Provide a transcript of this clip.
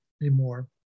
anymore